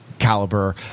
caliber